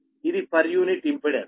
ఇది per unit impedance